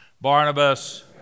Barnabas